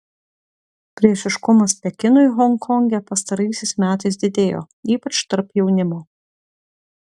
priešiškumas pekinui honkonge pastaraisiais metais didėjo ypač tarp jaunimo